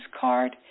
card